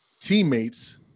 teammates